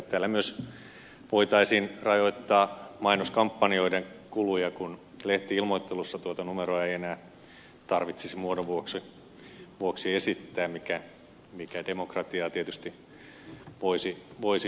tällä myös voitaisiin rajoittaa mainoskampanjoiden kuluja kun lehti ilmoittelussa tuota numeroa ei enää tarvitsisi muodon vuoksi esittää mikä demokratiaa tietysti voisi lisätä